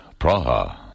Praha